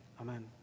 amen